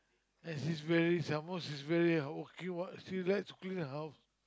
as is really some more is very okay what see that's clean house